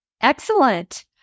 Excellent